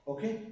Okay